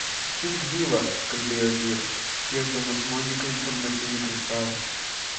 imk bylą kalbėjo vyras tiesdamas monikai informacinį kristalą